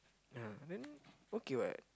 ya then okay what